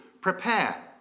prepare